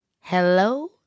Hello